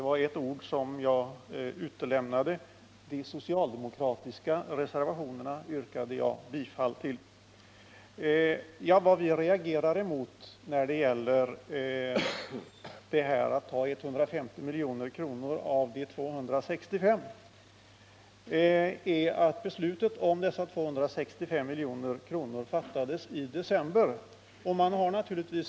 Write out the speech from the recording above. Vad vi socialdemokrater reagerar emot är att de 150 miljonerna tas från de 265, trots att beslutet om de 265 miljonerna fattades så sent som i december.